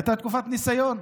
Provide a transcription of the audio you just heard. הייתה תקופת ניסיון.